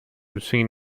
between